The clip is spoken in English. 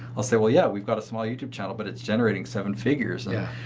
i'll say, well, yeah. we've got a small youtube channel but it's generating seven figures. yeah.